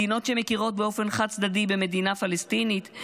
מדינות שמכירות באופן חד-צדדי במדינה פלסטינית.